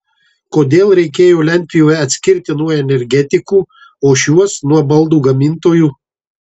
kodėl reikėjo lentpjūvę atskirti nuo energetikų o šiuos nuo baldų gamintojų